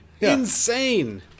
Insane